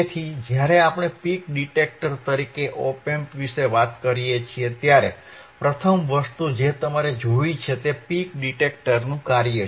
તેથી જ્યારે આપણે પીક ડિટેક્ટર તરીકે ઓપ એમ્પ વિશે વાત કરીએ છીએ ત્યારે પ્રથમ વસ્તુ જે તમારે જોવી છે તે પીક ડિટેક્ટરનું કાર્ય છે